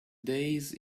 days